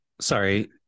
sorry